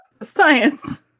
Science